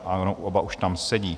Ano, oba už tam sedí.